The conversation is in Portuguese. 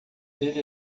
ele